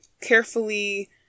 carefully